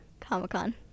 Comic-Con